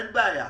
אין בעיה.